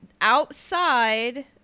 outside